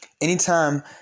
Anytime